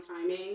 timing